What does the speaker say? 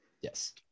Yes